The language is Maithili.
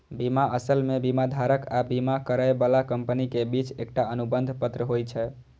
बीमा असल मे बीमाधारक आ बीमा करै बला कंपनी के बीच एकटा अनुबंध पत्र होइ छै